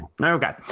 Okay